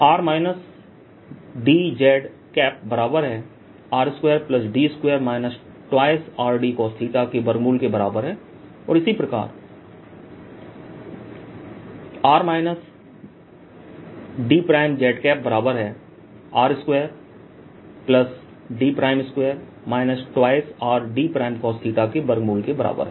r dz बराबर है r2d2 2rdcosθ के वर्गमूल के बराबर है और इसी प्रकार r dz बराबर है r2d2 2rdcosθ के वर्गमूल के बराबर है